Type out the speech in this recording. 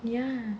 ya